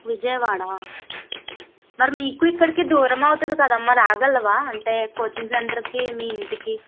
విజయవాడ మరి నీకు ఇక్కడికి దూరం అవుతుంది కదమ్మా రాగలవా అంటే కోచింగ్ సెంటర్కి మీఇంటికి